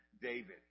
David